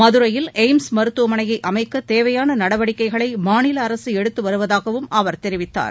மதுரையில் எய்ம்ஸ் மருத்துவமனையைஅமைக்கதேவையானநடவடிக்கைகளைமாநிலஅரசுஎடுத்துவருவதாகவும் அவர் தெரிவித்தார்